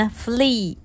flee